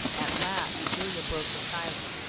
at last julia broke the silence.